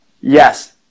Yes